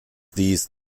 dies